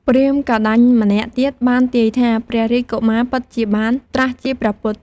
ព្រាហ្មណ៍កោណ្ឌញ្ញម្នាក់ទៀតបានទាយថា ព្រះរាជកុមារពិតជាបានត្រាស់ជាព្រះពុទ្ធ។